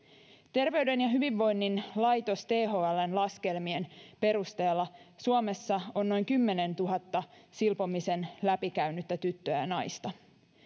terveyden ja hyvinvoinnin laitoksen thln laskelmien perusteella suomessa on noin kymmenentuhannen silpomisen läpikäynyttä tyttöä ja naista